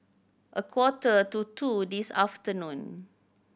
a quarter to two this afternoon